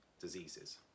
diseases